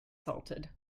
salted